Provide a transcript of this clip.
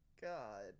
God